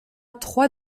trois